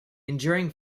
enduring